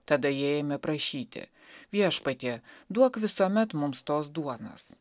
tada jie ėmė prašyti viešpatie duok visuomet mums tos duonos